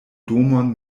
domon